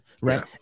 right